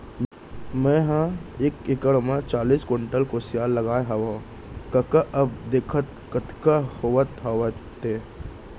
मेंहा एक एकड़ म चालीस कोंटल कुसियार लगाए हवव कका अब देखर कतका होवत हवय ते